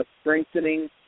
strengthening